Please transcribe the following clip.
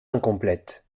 incomplète